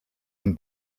ein